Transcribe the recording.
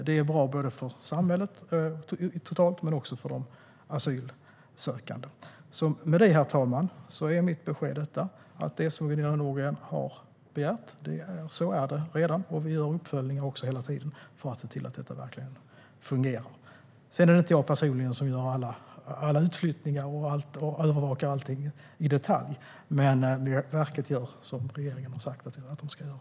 Det är bra för samhället men också för de asylsökande. Herr talman! Mitt besked är detta: Det är redan som Gunilla Nordgren har begärt. Vi gör också uppföljningar hela tiden för att se till att detta verkligen fungerar. Det är inte jag personligen som gör alla utflyttningar och övervakar allting i detalj, men Migrationsverket gör som regeringen har sagt att man ska göra.